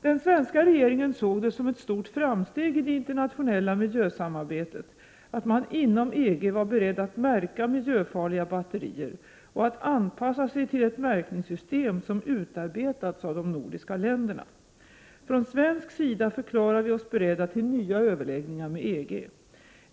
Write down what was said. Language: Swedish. Den svenska regeringen såg det som ett stort framsteg i det internationella miljösamarbetet att man inom EG var beredd att märka miljöfarliga batterier och att anpassa sig till ett märkningssystem som utarbetats av de nordiska länderna. Från svensk sida förklarade vi oss beredda till nya överläggningar med EG.